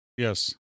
Yes